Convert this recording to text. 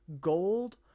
gold